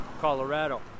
Colorado